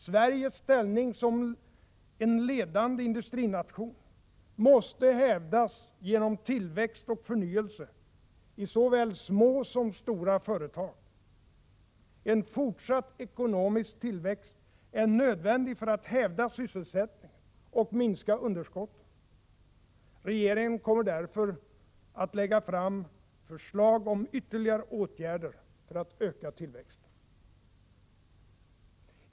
Sveriges ställning som en ledande industrination måste hävdas genom tillväxt och förnyelse i såväl små som stora företag. En fortsatt ekonomisk tillväxt är nödvändig för att hävda sysselsättningen och minska underskotten. Regeringen kommer därför att lägga fram förslag om ytterligare åtgärder för att öka tillväxten.